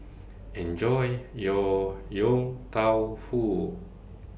Enjoy your Yong Tau Foo